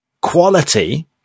quality